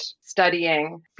studying